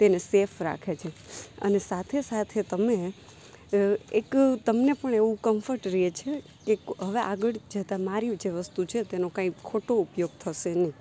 તેને સેફ રાખે છે અને સાથે સાથે તમે એક તમને પણ એવું કમ્ફર્ટ રહે છે એક હવે આગળ જે તમારી વસ્તુ છે તેનો કાંઈ ખોટો ઉપયોગ થશે નહીં